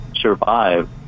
survive